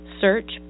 Search